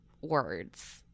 words